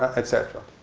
et cetera.